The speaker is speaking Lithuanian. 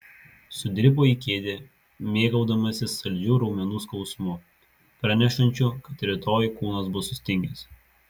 sudribo į kėdę mėgaudamasis saldžiu raumenų skausmu pranešančiu kad rytoj kūnas bus sustingęs